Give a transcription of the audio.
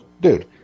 dude